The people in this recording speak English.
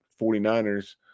49ers